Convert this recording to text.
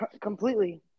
completely